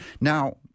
Now